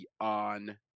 on